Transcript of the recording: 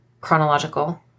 chronological